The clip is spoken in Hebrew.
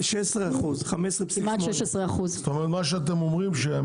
כמעט 16%. זה מה שיהיה?